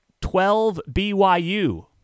12-BYU